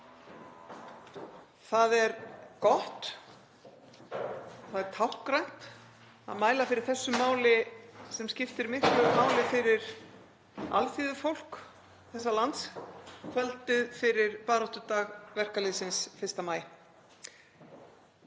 Það er gott og það er táknrænt að mæla fyrir þessu máli sem skiptir miklu máli fyrir alþýðufólk þessa lands kvöldið fyrir baráttudag verkalýðsins, 1.